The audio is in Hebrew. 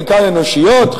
חלקן אנושיות,